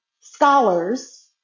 scholars